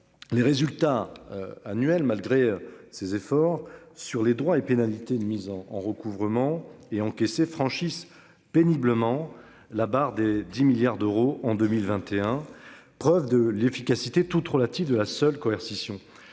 Les résultats annuels malgré ses efforts sur les droits et pénalités une mise en en recouvrement et encaissé franchissent péniblement la barre des 10 milliards d'euros en 2021. Preuve de l'efficacité toute relative de la seule coercition.